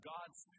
God's